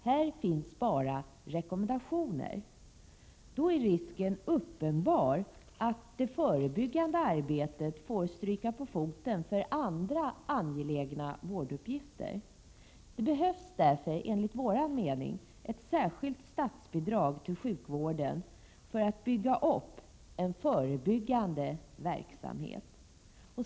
Här finns det bara rekommendationer. Därför är risken uppenbar att det förebyggande arbetet får stryka på foten för andra angelägna vårduppgifter. Det behövs därför enligt vår mening ett särskilt statsbidrag till sjukvården för uppbyggnad av en förebyggande verksamhet.